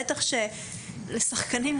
בטח שלשחקנים,